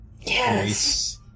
Yes